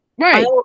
Right